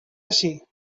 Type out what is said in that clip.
així